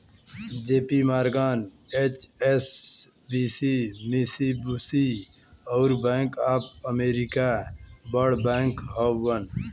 JP Morgan, HSBC, Mitsubishi, अउर bank of America बड़ बैंक हउवन